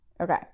Okay